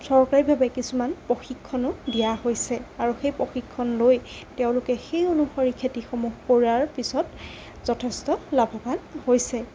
চৰকাৰীভাৱে কিছুমান প্ৰশিক্ষণো দিয়া হৈছে আৰু সেই প্ৰশিক্ষণ লৈ তেওঁলোকে সেই অনুসৰি খেতিসমূহ কৰাৰ পিছত যথেষ্ট লাভৱান হৈছে